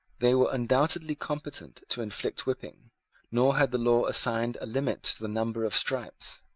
they were undoubtedly competent to inflict whipping nor had the law assigned a limit to the number of stripes.